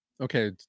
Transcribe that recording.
Okay